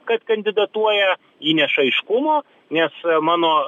kad kandidatuoja įneša aiškumo nes mano